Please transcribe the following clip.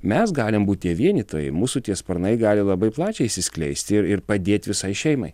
mes galim būti vienytojai mūsų tie sparnai gali labai plačiai išsiskleisti ir ir padėt visai šeimai